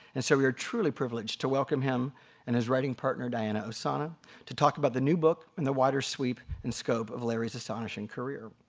and so we're truly privileged to welcome him and his writing partner diana ossana to talk about the new book and the wider sweep and scope of larry's astonishing career.